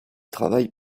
travaillent